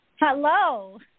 Hello